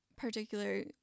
particular